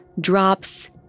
drops